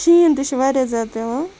شیٖن تہِ چھُ واریاہ زیادٕ پیٚوان